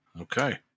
Okay